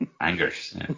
Angers